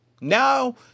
Now